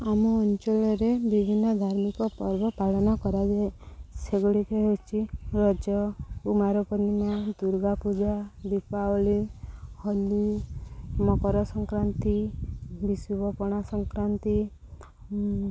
ଆମ ଅଞ୍ଚଳରେ ବିଭିନ୍ନ ଧାର୍ମିକ ପର୍ବ ପାଳନ କରାଯାଏ ସେଗୁଡ଼ିକ ହେଉଛି ରଜ କୁମାର ପୂର୍ଣ୍ଣିମା ଦୁର୍ଗା ପୂଜା ଦୀପାବଳି ହୋଲି ମକର ସଂକ୍ରାନ୍ତି ବିଶୁବପଣା ସଂକ୍ରାନ୍ତି